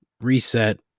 reset